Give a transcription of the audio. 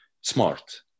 smart